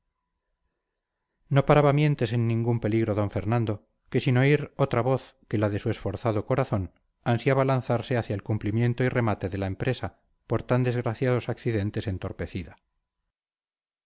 no paraba mientes en ningún peligro don fernando que sin oír otra voz que la de su esforzado corazón ansiaba lanzarse hacia el cumplimiento y remate de la empresa por tan desgraciados accidentes entorpecida